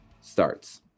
starts